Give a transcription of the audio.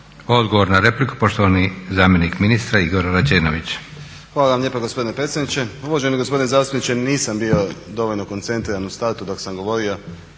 Odgovor na repliku poštovani zamjenik ministra Igor Rađenović.